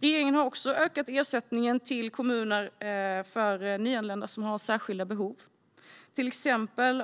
Regeringen har också ökat ersättningen till kommuner för nyanlända som har särskilda behov, till exempel